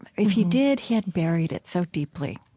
if he did, he had buried it so deeply